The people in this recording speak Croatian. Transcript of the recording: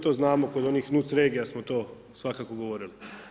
To znamo kod onih nuc regija samo to svakako govorili.